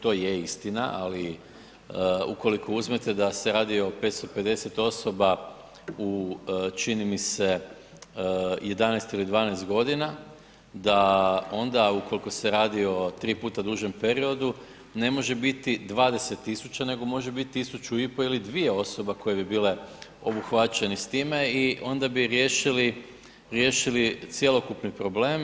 To je istina, ali ukoliko uzmete da se radi o 550 osoba u čini mi se 11 ili 12 godina da onda ukoliko se radi o 3 puta dužem periodu ne može biti 20.000 nego može biti 1.500 ili 2.000 osoba koje bi bile obuhvaćene s time i onda bi riješili cjelokupni problem.